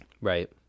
Right